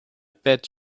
bet